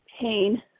pain